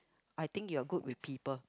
I think you are good with people